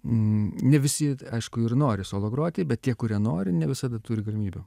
n ne visi aišku ir nori solo groti bet tie kurie nori ne visada turi galimybių